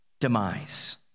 demise